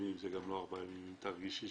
ואם יש לך 10 תלונות בבת אחת, איך תצליחי?